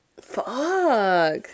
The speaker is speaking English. fuck